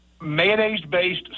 mayonnaise-based